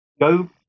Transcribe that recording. go